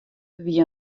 wie